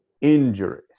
injuries